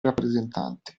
rappresentante